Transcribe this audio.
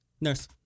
Nurse